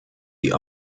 die